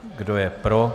Kdo je pro?